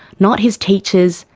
not his teachers,